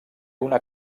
una